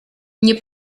nie